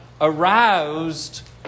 aroused